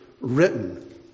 written